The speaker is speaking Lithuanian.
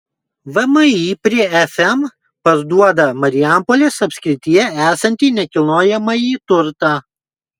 vmi prie fm parduoda marijampolės apskrityje esantį nekilnojamąjį turtą